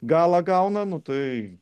galą gauna nu tai